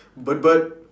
bird bird